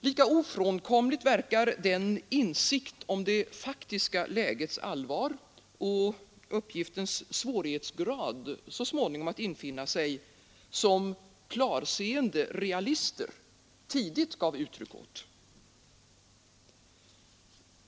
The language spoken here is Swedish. Lika ofrånkomligt verkar den insikt om det faktiska lägets allvar och uppgiftens svårighetsgrad så småningom infinna sig som klarseende realister tidigt gav uttryck åt.